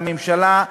לממשלה,